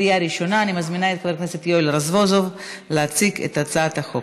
אני קובעת כי הצעת חוק